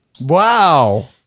Wow